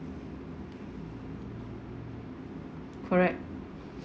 correct